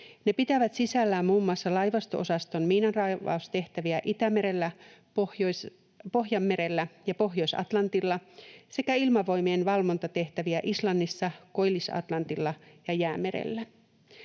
Ne pitävät sisällään muun muassa laivasto-osaston miinanraivaustehtäviä Itämerellä, Pohjanmerellä ja Pohjois-Atlantilla sekä ilmavoimien valvontatehtäviä Islannissa, Koillis-Atlantilla ja Jäämerellä.